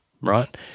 right